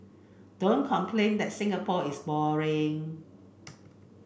don't complain that Singapore is boring